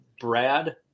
brad